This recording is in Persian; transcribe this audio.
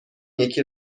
یکی